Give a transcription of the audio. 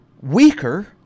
weaker—